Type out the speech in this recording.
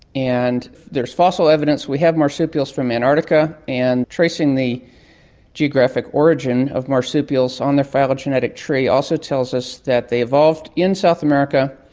and there's fossil evidence, we have marsupials from antarctica, and tracing the geographic origin of marsupials on their phylogenetic tree also tells us that they evolved in south america,